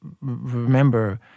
remember